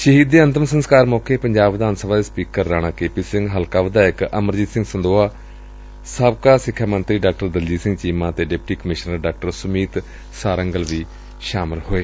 ਸ਼ਹੀਦ ਦੇ ਅੰਤਮ ਸੰਸਕਾਰ ਮੌਕੇ ਪੰਜਾਬ ਵਿਧਾਨ ਸਭਾ ਦੇ speaker Rana K P Singh ਹਲਕਾ ਵਿਧਾਇਕ ਅਮਰਜੀਤ ਸਿੰਘ ਸੰਦੋਹਾ ਸਾਬਕਾ ਸਿੱਖਿਆ ਮੰਤਰੀ ਡਾ ਦਲਜੀਤ ਸਿੰਘ ਚੀਮਾ ਅਤੇ deputy commissioner Dr Sumeet Sarangal ਵੀ ਸ਼ਾਮਲ ਹੋਏ